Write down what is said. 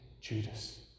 Judas